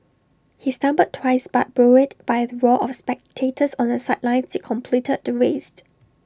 he stumbled twice but buoyed by the roar of spectators on the sidelines he completed the race